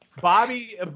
Bobby